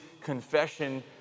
confession